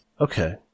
Okay